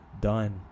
done